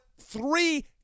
three